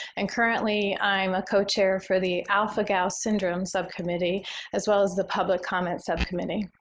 and currently i am a co-chair for the alpha-gal syndrome subcommittee as well as the public comments subcommittee.